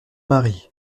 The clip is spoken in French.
marie